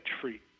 treat